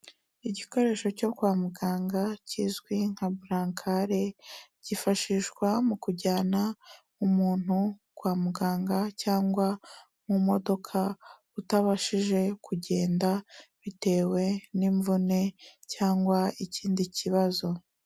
Igikoresho cyo kwa muganga kizwi nka bulankare cyifashishwa mu kujyana umuntu kwa muganga cyangwa mu modoka utabashije kugenda bitewe n'imvune cyangwa ikindi kibazo.